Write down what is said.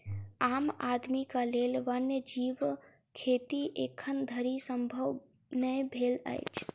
आम आदमीक लेल वन्य जीव खेती एखन धरि संभव नै भेल अछि